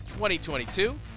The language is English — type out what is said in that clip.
2022